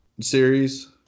series